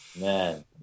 Man